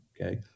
Okay